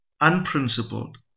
unprincipled